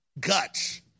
guts